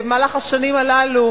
ובמהלך השנים הללו